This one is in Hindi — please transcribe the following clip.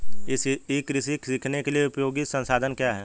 ई कृषि सीखने के लिए उपयोगी संसाधन क्या हैं?